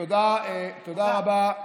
תודה רבה ובהצלחה.